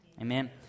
Amen